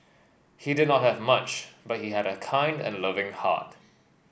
he did not have much but he had a kind and loving heart